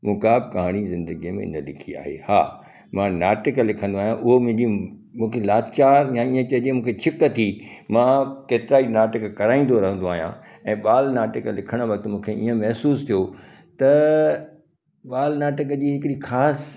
मूं का बि कहाणी ज़िंदगीअ में न लिखी आहे हा मां नाटक लिखंदो आहियां उहो मुंहिंजी मूंखे लाचार या ईअं चइजे मूंखे छिक थी मां केतिरा ई नाटक कराईंदो रहंदो आहियां ऐं बाल नाटक लिखण वक़्तु मूंखे ईअं महसूस थियो त बाल नाटक जी हिकड़ी ख़ासि